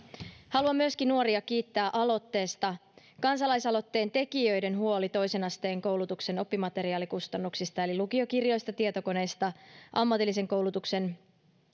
haluan myöskin nuoria kiittää aloitteesta kansalaisaloitteen tekijöiden huoli toisen asteen koulutuksen oppimateriaalikustannuksista eli lukiokirjoista tietokoneista ammatillisen koulutuksen